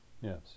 Yes